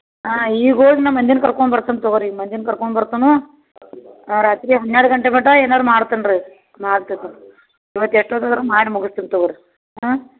ಹಾಂ ಈಗ ಹೋಗ್ ನಾ ಮಂದಿನ ಕರ್ಕೊಂಡ್ ಬರ್ತುನ್ ತಗೋರಿ ಈಗ ಮಂದಿನ ಕರ್ಕೊಂಡ್ ಬರ್ತುನು ಹಾಂ ರಾತ್ರಿ ಹನ್ನೆರಡು ಗಂಟೆ ಮಟ್ಟ ಏನಾರು ಮಾಡ್ತೀನಿ ರೀ ಮಾಡ್ತೀನಿ ತಗೋ ಇವತ್ತು ಎಷ್ಟೊತ್ತು ಆದರು ಮಾಡಿ ಮುಗಿಸ್ತೀನಿ ತಗೋರಿ ಹಾಂ